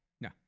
No